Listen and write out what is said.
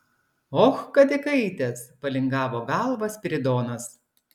och kad įkaitęs palingavo galvą spiridonas